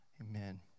amen